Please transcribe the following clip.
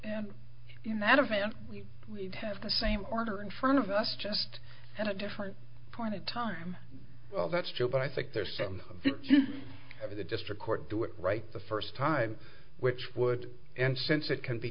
event we'd have the same order in front of us just in a different point of time well that's true but i think there's some of the district court do it right the first time which would and since it can be